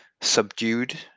subdued